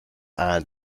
einer